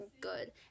good